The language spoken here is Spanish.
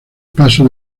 paso